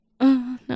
No